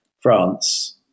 France